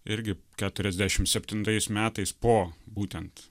irgi keturiasdešim septintais metais po būtent